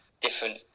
different